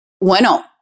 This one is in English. Bueno